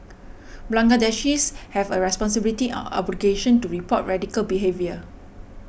Bangladeshis have a responsibility obligation to report radical behaviour